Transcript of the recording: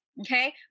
Okay